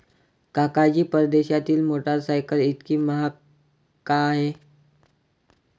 काका जी, परदेशातील मोटरसायकल इतकी महाग का आहे?